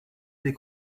des